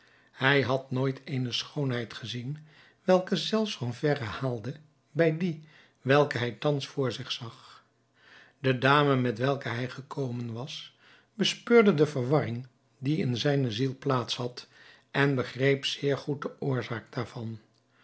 hij had nooit eene schoonheid gezien welke zelfs van verre haalde bij die welke hij thans voor zich zag de dame met welke hij gekomen was bespeurde de verwarring die in zijne ziel plaats had en begreep zeer goed de oorzaak daarvan